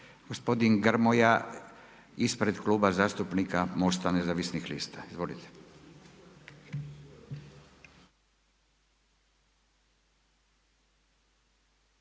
Gospodin Grmoja ispred Kluba zastupnika MOST-a nezavisnih lista. Izvolite.